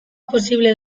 posible